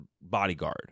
bodyguard